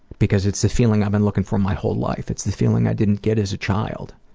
because it's the feeling i've been looking for my whole life. it's the feeling i didn't get as a child.